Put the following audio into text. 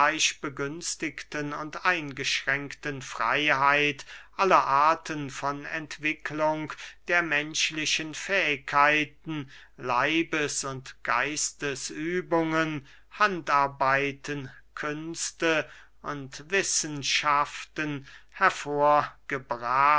begünstigten und eingeschränkten freyheit alle arten von entwicklung der menschlichen fähigkeiten leibes und geistes übungen handarbeiten künste und wissenschaften